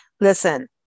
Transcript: listen